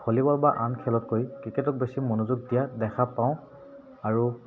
volleyball বা আন খেলতকৈ ক্ৰিকেটত বেছি মনোযোগ দিয়া দেখা পাওঁ আৰু